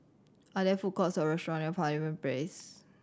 are there food courts or restaurant near Pavilion Place